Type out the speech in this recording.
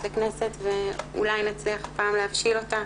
לכנסת ואולי נצליח הפעם להבשיל אותה.